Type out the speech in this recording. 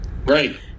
right